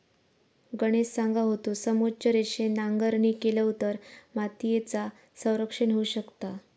गणेश सांगा होतो, समोच्च रेषेन नांगरणी केलव तर मातीयेचा संरक्षण होऊ शकता